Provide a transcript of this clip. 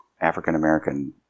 African-American